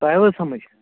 تۄہہِ آیِو حظ سمٕجھ